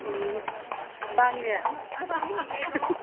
ꯎꯝ ꯇꯥꯡꯉꯤꯅꯦ